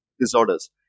disorders